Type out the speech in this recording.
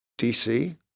DC